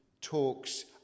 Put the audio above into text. talks